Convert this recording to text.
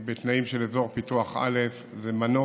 בתנאים של אזור פיתוח א', זה מנוף,